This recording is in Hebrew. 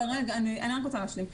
אני רק רוצה להשלים.